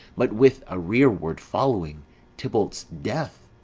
but with a rearward following tybalt's death,